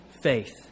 faith